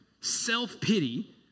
self-pity